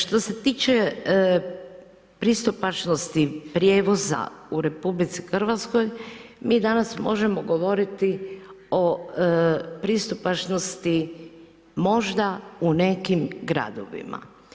Što se tiče pristupačnosti prijevoza u RH, mi danas možemo govoriti o pristupačnosti možda u nekim gradovima.